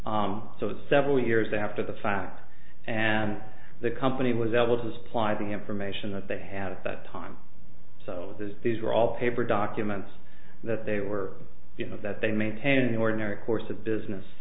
so several years after the fact and the company was able to supply the information that they had at that time so as these were all paper documents that they were you know that they maintained the ordinary course of business